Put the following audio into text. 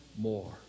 more